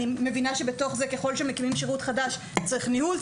אני מבינה שבתוך זה ככל שמקימים שירות חדש צריך ניהול,